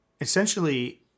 essentially